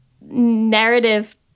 narrative